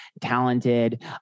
talented